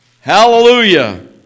Hallelujah